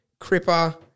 Cripper